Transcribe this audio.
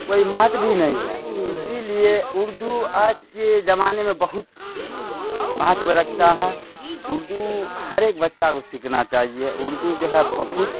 کوئی مہتو بھی نہیں ہے اسی لیے اردو آج کے زمانے میں بہت مہتو رکھتا ہے اردو ہر ایک بچہ کو سیکھنا چاہیے اردو جو ہے بہت